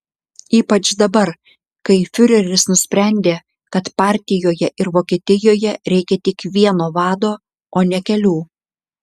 ypač dabar kai fiureris nusprendė kad partijoje ir vokietijoje reikia tik vieno vado o ne kelių